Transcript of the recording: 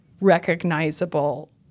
recognizable